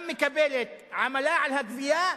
גם מקבלת עמלה על הגבייה,